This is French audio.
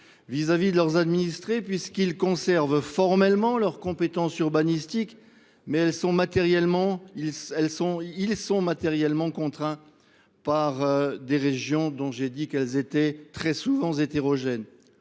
vis à vis de leurs administrés, puisqu’ils conservent formellement leurs compétences urbanistiques, mais sont matériellement contraints par des régions, qui sont, comme je l’ai dit, très souvent hétérogènes.